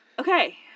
Okay